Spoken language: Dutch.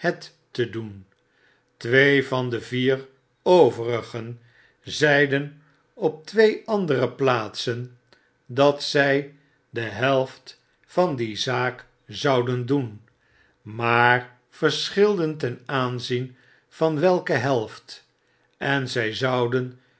te doen twee van de vier overigen zeiden op twee andere plaatsen dat zy de helft van die zaak zouden doen maar verschilden ten aanzien van welke helft en zy zouden